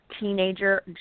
teenager